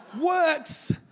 works